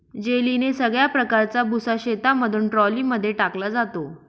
जेलीने सगळ्या प्रकारचा भुसा शेतामधून ट्रॉली मध्ये टाकला जातो